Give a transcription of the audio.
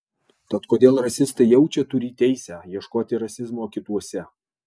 tad kodėl rasistai jaučia turį teisę ieškoti rasizmo kituose